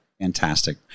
Fantastic